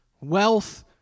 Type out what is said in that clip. wealth